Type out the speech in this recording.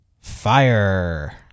fire